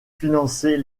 financer